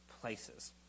places